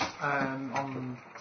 on